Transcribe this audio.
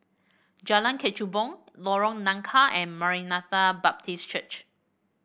Jalan Kechubong Lorong Nangka and Maranatha Baptist Church